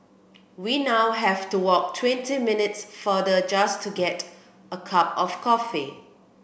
we now have to walk twenty minutes farther just to get a cup of coffee